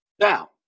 Now